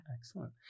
Excellent